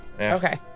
Okay